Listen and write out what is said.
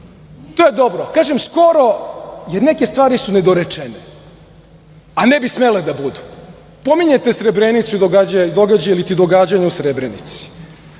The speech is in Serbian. je dobro. Kažem skoro, jer neke stvari su nedorečene, a ne bi smele da budu. Pominjete Srebrenicu i događaje iliti događanja u Srebrenici